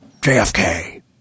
JFK